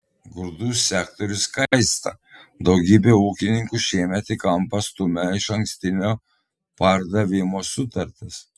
grūdų sektorius kaista daugybę ūkininkų šiemet į kampą stumia išankstinio pardavimo sutartys